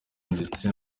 ndetse